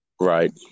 Right